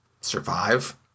survive